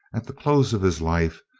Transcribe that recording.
at the close of his life,